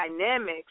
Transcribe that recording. dynamics